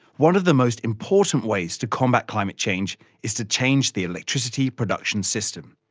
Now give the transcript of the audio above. one of the most important ways to combat climate change is to change the electricity production system,